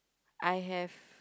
I have